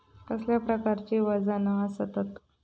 कसल्या प्रकारची वजना आसतत?